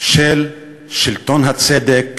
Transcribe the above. של שלטון הצדק